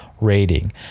rating